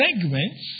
segments